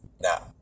Now